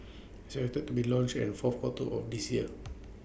be launched and fourth quarter of this year